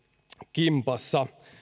kimpassa